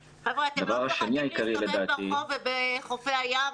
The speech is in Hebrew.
חבר'ה, אתם לא פוחדים להסתובב ברחוב ובחוף הים.